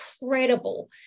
incredible